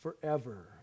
forever